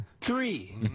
Three